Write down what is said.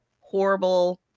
horrible